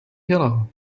yellow